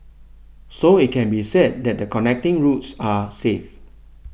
so it can be said that the connecting routes are safe